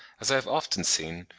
as i have often seen,